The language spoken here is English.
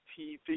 TV